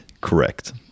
correct